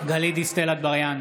גלית דיסטל אטבריאן,